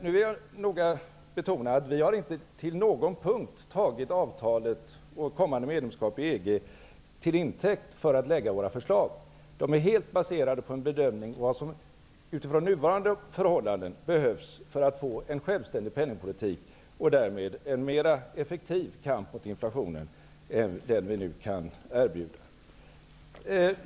Jag vill här noga betona att vi inte på någon punkt tagit avtalet och ett kommande medlemskap i EG till intäkt för att lägga fram våra förslag. De är helt baserade på en bedömning av vad som utifrån nuvarande förhållanden behövs för att få en självständig penningpolitik och därmed en mer effektiv kamp mot inflationen än den vi nu kan erbjuda.